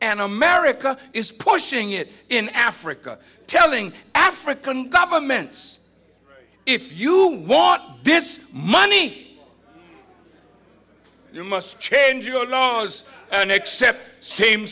and america is pushing it in africa telling african governments if you want this money you must change your laws and accept same